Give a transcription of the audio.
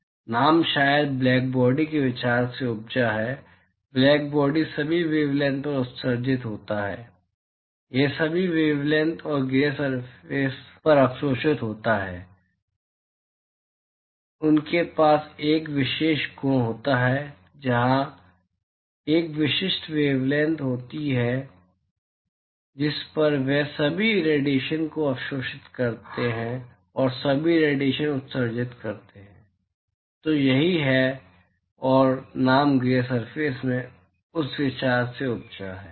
और वास्तव में नाम शायद ब्लैकबॉडी के विचार से उपजा है ब्लैकबॉडी सभी वेवलैंथ पर उत्सर्जित होता है यह सभी वेवलैंथ और ग्रे सतहों पर अवशोषित होता है उनके पास एक विशेष गुण होता है जहां एक विशिष्ट वेवलैंथ होता है जिस पर वे सभी रेडिएशन को अवशोषित करते हैं और सभी रेडिएशन उत्सर्जित करते हैं तो यही है और नाम ग्रे वास्तव में उस विचार से उपजा है